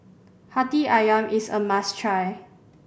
Hati Ayam is a must try